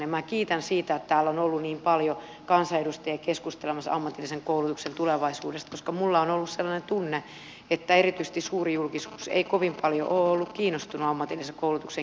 minä kiitän siitä että täällä on ollut niin paljon kansanedustajia keskustelemassa ammatillisen koulutuksen tulevaisuudesta koska minulla on ollut sellainen tunne että erityisesti suuri julkisuus ei kovin paljon ole ollut kiinnostunut ammatillisen koulutuksen kehittämisestä